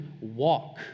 walk